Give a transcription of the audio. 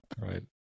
Right